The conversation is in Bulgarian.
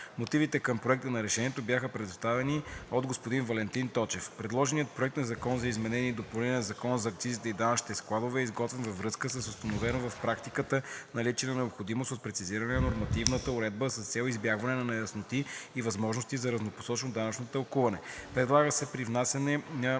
Мотивите към Проекта на решение бяха представени от господин Валентин Точев. Предложеният проект на закон за изменение и допълнение на Закона за акцизите и данъчните складове е изготвен във връзка с установено в практиката наличие на необходимост от прецизиране на нормативната уредба с цел избягване на неясноти и възможности за разнопосочно данъчно тълкуване. Предлага се при внасяне